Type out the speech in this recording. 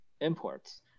imports